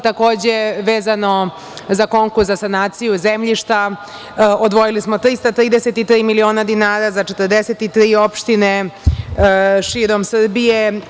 Takođe, vezano za konkurs za sanaciju zemljišta odvojili smo 333 miliona dinara za 43 opštine širom Srbije.